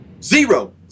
Zero